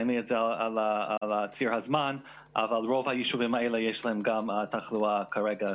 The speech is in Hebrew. אין לי את ציר הזמן אבל רוב היישובים האלה יש להם גם תחלואה כרגע,